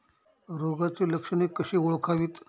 रोगाची लक्षणे कशी ओळखावीत?